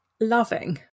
loving